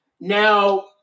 Now